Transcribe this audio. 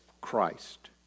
Christ